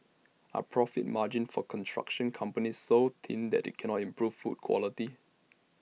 are profit margins for construction companies so thin that they cannot improve food quality